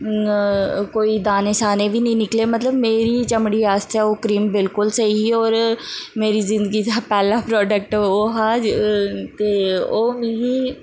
कोई दाने साने बी नी निकले मतलब मेरी चमड़ी आस्तै ओह् क्रीम बिलकुल स्हेई ही होर मेरी जिंदगी पैह्ले प्रोडक्ट ओह् हा ते ओह् मिगी